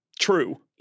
True